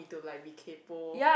to like be kaypoh